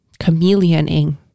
chameleoning